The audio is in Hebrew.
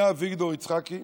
היה אביגדור יצחקי,